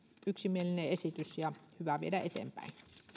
yksimielinen esitys ja hyvä viedä eteenpäin